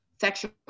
sexual